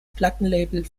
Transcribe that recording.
plattenlabel